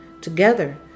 Together